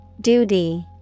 Duty